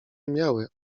miały